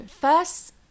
first